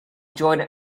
joined